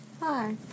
Hi